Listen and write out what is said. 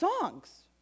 songs